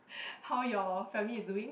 how your family is doing